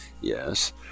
yes